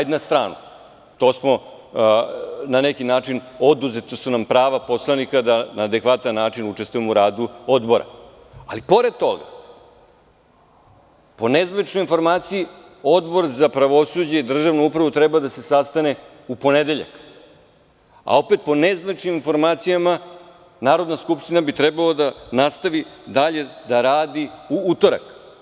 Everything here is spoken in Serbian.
To na stranu, na neki način su nam oduzeta prava poslanika da na adekvatan način učestvujemo u radu odbora, ali pored toga, po nezvaničnoj informaciji, Odbor za pravosuđe i državnu upravu treba da se sastane u ponedeljak, a opet, po nezvaničnim informacijama, Narodna skupština bi trebalo da nastavi dalje da radi u utorak.